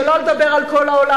שלא לדבר על כל העולם,